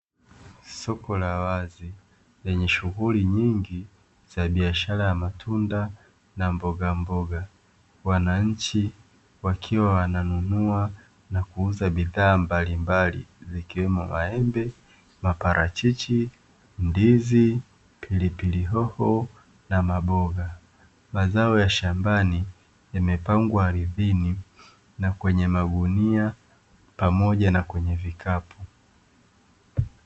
Soko la wazi lenye shughuli nyingi za biashara ya matunda na mbogamboga, wananchi wakiwa wananunua na kuuza bidhaa mbalimbali zikiwemo maembe, maparachichi, ndizi, pilipili hoho na maboga. Mazao ya shambani yamepangwa ardhini na kwenye magunia pamoja na kwenye vikapu.